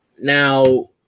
Now